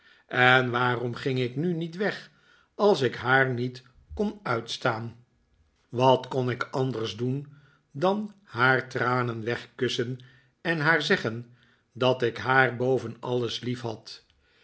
en waarom ging ik nu niet weg als ik haar niet kon uitstaan wat kon ik anders doen dan haar tranen wegkussen en haar zeggen dat ik haar boven alles liefhad